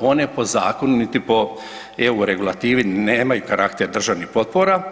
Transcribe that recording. One po zakonu, niti po EU regulativi nemaju karakter državnih potpora